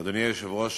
אדוני היושב-ראש,